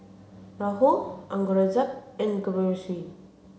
Rahul Aurangzeb and Subbulakshmi